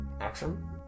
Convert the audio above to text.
action